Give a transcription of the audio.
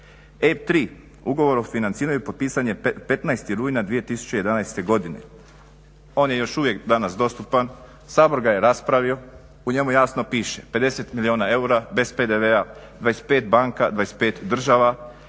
3 ugovor o financiranju potpisan je 15. rujna 2011. godine. On je još uvijek danas dostupan, Sabor ga je raspravio. U njemu jasno piše 50 milijuna eura bez PDV-a, 25 banka, 25 država,